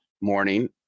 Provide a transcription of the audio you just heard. morning